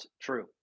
true